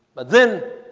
but then